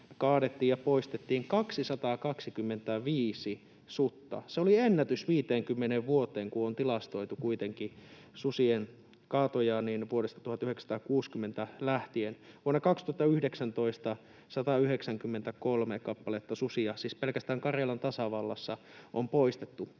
kaadettiin ja poistettiin 225 sutta. Se oli ennätys viiteenkymmeneen vuoteen, kun susien kaatoja on tilastoitu kuitenkin vuodesta 1960 lähtien. Vuonna 2019 siis 193 kappaletta susia pelkästään Karjalan tasavallassa on poistettu.